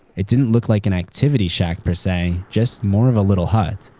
it didn't look like an activity shack per say, just more of a little hut.